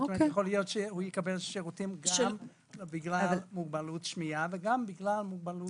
יכול להיות שהוא יקבל שירותים גם בגלל מוגבלות בשמיעה וגם בגלל מוגבלות